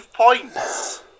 points